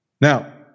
Now